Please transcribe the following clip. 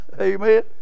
Amen